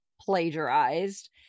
plagiarized